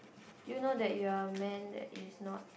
do you know that you are a man that is not